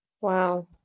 Wow